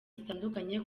zitandukanye